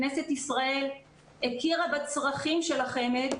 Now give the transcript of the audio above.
כנסת ישראל הכירה בצרכים של החמ"ד,